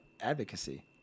advocacy